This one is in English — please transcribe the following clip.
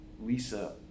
Lisa